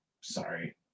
Sorry